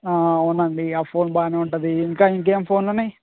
అవునండి ఆ ఫోన్ బాగానే ఉంటుంది ఇంకా ఇంకేం ఫోన్లు ఉన్నాయి